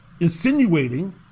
insinuating